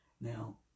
Now